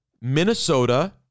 minnesota